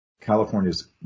California's